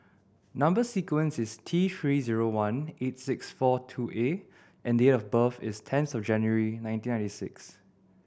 number sequence is T Three zero one eight six four two A and date of birth is tenth January nineteen ninety six